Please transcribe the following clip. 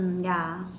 mm ya